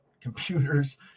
computers